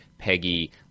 peggy